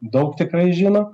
daug tikrai žino